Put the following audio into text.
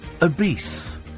obese